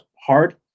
hard